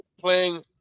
playing